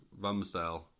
Ramsdale